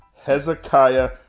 Hezekiah